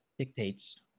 Dictates